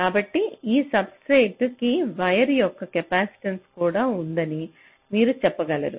కాబట్టి ఈ substrate కి వైర్ యొక్క కెపాసిటెన్స కూడా ఉందని మీరు చెప్పగలరు